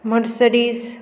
Mercedes